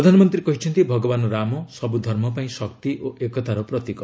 ପ୍ରଧାନମନ୍ତ୍ରୀ କହିଛନ୍ତି ଭଗବାନ ରାମ ସବୁ ଧର୍ମପାଇଁ ଶକ୍ତି ଓ ଏକତାର ପ୍ରତୀକ